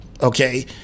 okay